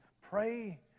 pray